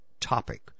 topic